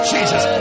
Jesus